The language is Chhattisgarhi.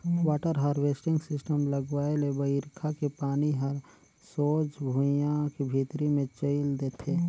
वाटर हारवेस्टिंग सिस्टम लगवाए ले बइरखा के पानी हर सोझ भुइयां के भीतरी मे चइल देथे